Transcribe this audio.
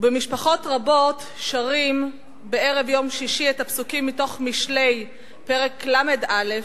ובמשפחות רבות שרים בערב יום שישי את הפסוקים מתוך פרק ל"א במשלי,